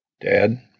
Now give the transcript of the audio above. Dad